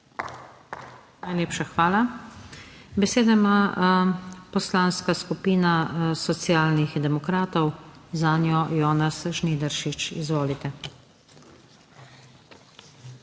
Najlepša hvala. Besedo ima Poslanska skupina Socialnih demokratov, zanjo Jonas Žnidaršič. Izvolite.